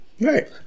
Right